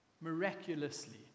miraculously